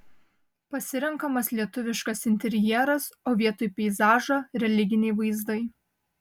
pasirenkamas lietuviškas interjeras o vietoj peizažo religiniai vaizdai